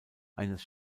eines